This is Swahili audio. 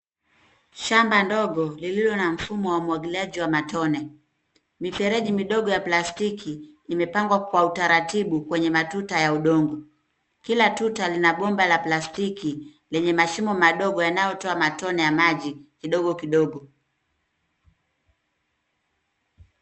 Shamba ndogo lililo na mfumo wa umwagiliaji wa matone. Mifereji midogo ya plastiki imepangwa kwa utaratibu kwenye matuta ya udongo. Kila tuta lina bomba la plastiki lenye mashimo madogo yanayotoa matone ya maji kidogo, kidogo.